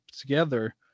together